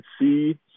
see